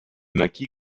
maquis